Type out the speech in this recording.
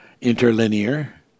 interlinear